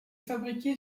fabriqué